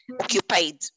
occupied